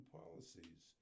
policies